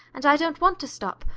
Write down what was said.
and i don't want to stop,